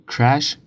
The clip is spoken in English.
Crash